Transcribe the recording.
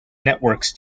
networks